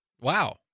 Wow